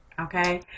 okay